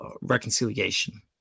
reconciliation